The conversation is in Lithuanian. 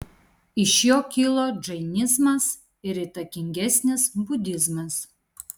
iš jo kilo džainizmas ir įtakingesnis budizmas